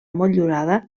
motllurada